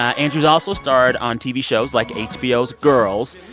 ah andrews also starred on tv shows, like hbo's girls,